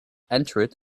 entered